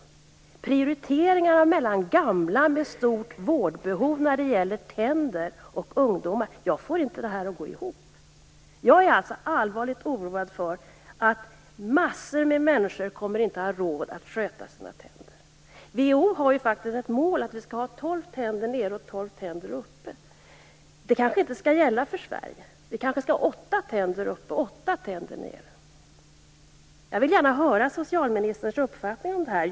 Jag får inte prioriteringarna mellan gamla med stort vårdbehov när det gäller tänder och ungdomar att gå ihop. Jag är alltså allvarligt oroad för att massor av människor inte kommer att ha råd att sköta sina tänder. WHO har ju faktiskt ett mål om att vi skall ha tolv tänder nere och tolv tänder uppe. Men det kanske inte skall gälla för Sverige. Vi kanske skall ha åtta tänder nere och åtta tänder uppe. Jag vill gärna höra socialministerns uppfattning om det här.